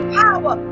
power